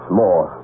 more